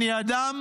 אני אדם